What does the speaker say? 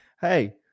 hey